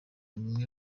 bimwe